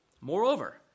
Moreover